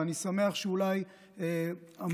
ואני שמח שאולי המעשה שלי עזר להגיע לזה.